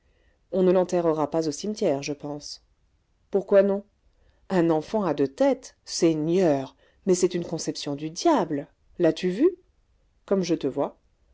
on ne l'enterrera pas au cimetière je pense pourquoi non un enfant à deux têtes seigneur mais c'est une conception du diable l'as-tu vu comme je te vois